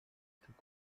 stück